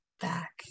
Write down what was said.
back